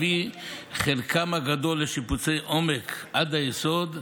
חלקם הגדול לשיפוצי עומק עד היסוד,